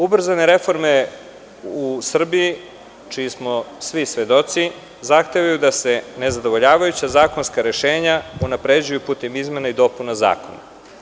Ubrzane reforme u Srbiji, čiji smo svi svedoci, zahtevaju da se ne zadovoljavajuća zakonska rešenja unapređuju putem izmena i dopuna zakona.